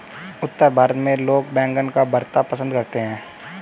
उत्तर भारत में लोग बैंगन का भरता पंसद करते हैं